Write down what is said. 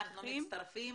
אנחנו מצטרפים,